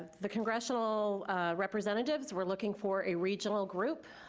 the congressional representatives were looking for a regional group.